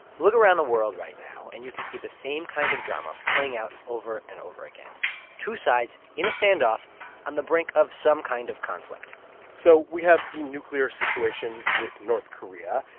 look around the world right now, and you can see the same kind of drama playing out over and over again two sides in a standoff on the brink of some kind of conflict so we have the nuclear situation with north korea.